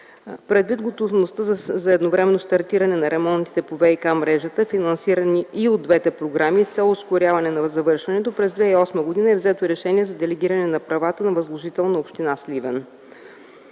Предвид готовността за едновременно стартиране на ремонтите по ВиК мрежата, финансирани и от двете програми с цел ускоряване на завършването, през 2008 г. е взето решение за делегиране на правата на възложител на община Сливен.